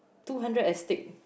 two hundred astig